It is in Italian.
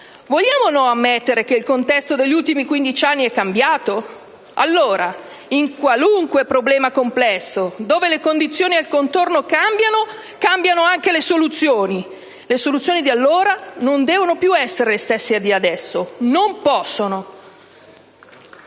Vogliamo o no ammettere che il contesto degli ultimi quindici anni è cambiato? Allora, in qualunque problema complesso, dove le condizioni al contorno cambiano, cambiano anche le soluzioni. Le soluzioni di allora non devono più essere le stesse di adesso, non possono!